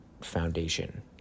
foundation